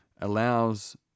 allows